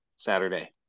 Saturday